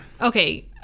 okay